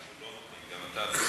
אנחנו לא, גם אתה לא.